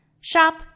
Shop